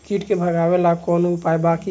कीट के भगावेला कवनो उपाय बा की?